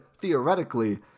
theoretically